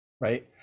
right